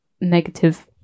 negative